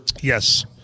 Yes